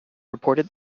report